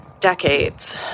decades